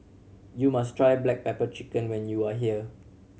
you must try black pepper chicken when you are here